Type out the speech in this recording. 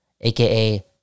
aka